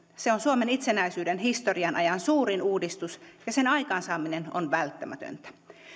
se on suomen itsenäisyyden historian ajan suurin uudistus ja sen aikaansaaminen on välttämätöntä